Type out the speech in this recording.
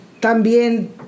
también